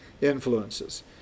influences